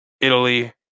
Italy